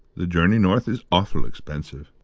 the journey north is awful' expensive.